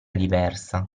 diversa